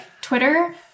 Twitter